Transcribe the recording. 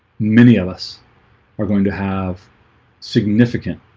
many of us are going to have significant